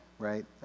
right